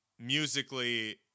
musically